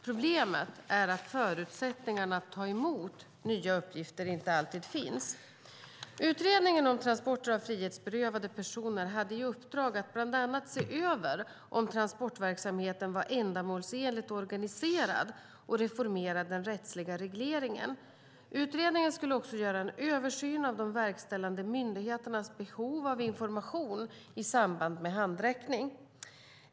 Problemet är att förutsättningarna att ta emot nya uppgifter inte alltid finns. Utredningen om transporter av frihetsberövade personer hade i uppdrag att bland annat se över om transportverksamheten var ändamålsenligt organiserad och reformera den rättsliga regleringen. Utredningen skulle också göra en översyn av de verkställande myndigheternas behov av information i samband med handräckning.